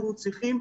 אנחנו צריכים,